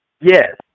Yes